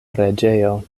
preĝejo